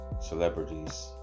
celebrities